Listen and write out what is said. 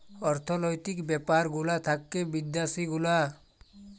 অর্থলৈতিক ব্যাপার গুলা থাক্যে বিদ্যাসি গুলা